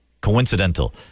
coincidental